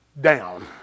down